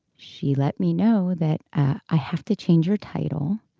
she let me know that i have to change her title.